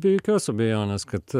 be jokios abejonės kad